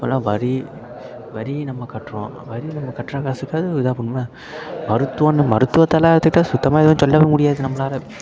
இப்பெல்லாம் வரி வரி நம்ம கட்டுறோம் வரி நம்ம கட்டுற காசுக்காவது இதாக பண்ணும்லே மருத்துவம்னு மருத்துவத்தெல்லாம் எடுத்துக்கிட்டால் சுத்தமாக எதுவும் சொல்லவும் முடியாது நம்மளால்